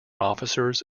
officers